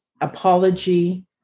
apology